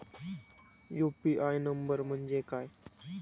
UPI number म्हणजे काय?